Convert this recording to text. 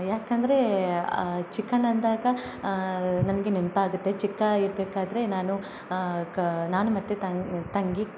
ಯಾಕಂದರೆ ಚಿಕನ್ ಅಂದಾಗ ನನಗೆ ನೆನಪಾಗುತ್ತೆ ಚಿಕ್ಕ ಇರ್ಬೇಕಾದರೆ ನಾನು ಕ ನಾನು ಮತ್ತು ತಂಗ್ ತಂಗಿ